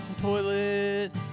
toilet